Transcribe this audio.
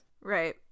Right